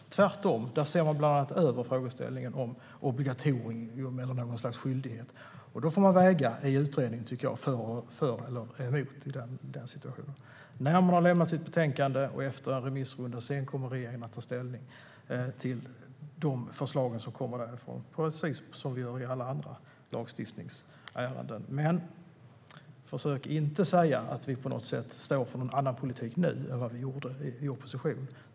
Tvärtom ser man där över bland annat frågeställningen om obligatorium eller något slags skyldighet. Då tycker jag att man i utredningen får väga för och emot i den situationen. När man har lämnat sitt betänkande och det har varit en remissrunda kommer regeringen att ta ställning till de förslag som kommer därifrån, precis som vi gör i alla andra lagstiftningsärenden. Men försök inte säga att vi på något sätt står för en annan politik nu än vad vi gjorde i opposition!